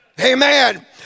Amen